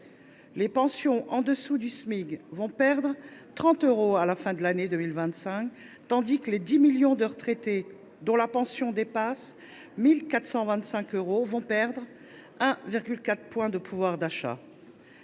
Les pensions en dessous du Smic auront perdu 30 euros à la fin de l’année 2025, tandis que les 10 millions de retraités dont la pension dépasse 1 425 euros auront perdu 1,4 point de pouvoir d’achat.